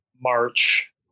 March